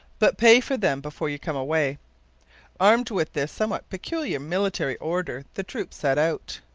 but pay for them before you come away armed with this somewhat peculiar military order, the troops set out.